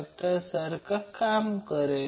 तर आता त्याच प्रकारे ते स्पष्ट करा